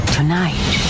Tonight